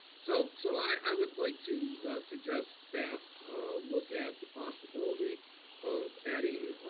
so so i would like to suggest staff look at the possibility of adding